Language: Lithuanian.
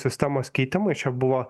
sistemos keitimai čia buvo